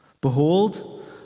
Behold